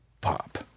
pop